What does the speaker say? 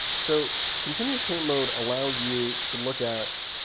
so continuous paint mode allows you to look at